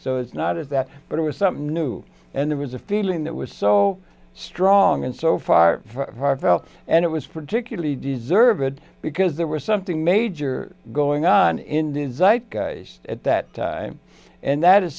so it's not at that but it was something new and it was a feeling that was so strong and so far heartfelt and it was particularly deserve it because there was something major going on in design at that time and that is